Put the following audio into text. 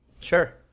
Sure